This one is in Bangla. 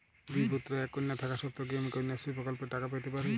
দুই পুত্র এক কন্যা থাকা সত্ত্বেও কি আমি কন্যাশ্রী প্রকল্পে টাকা পেতে পারি?